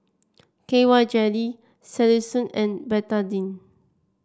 K Y Jelly Selsun and Betadine